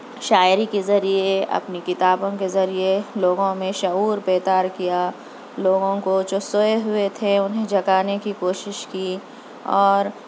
شاعری کے ذریعہ اپنی کتابوں کے ذریعہ لوگوں میں شعور پیدار کیا لوگوں کو جو سوئے ہوئے تھے انہیں جگانے کی کوشش کی اور